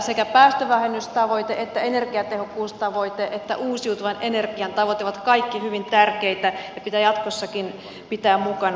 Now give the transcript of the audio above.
sekä päästövähennystavoite että energiatehokkuustavoite että uusiutuvan energian tavoite ovat kaikki hyvin tärkeitä ja pitää jatkossakin pitää mukana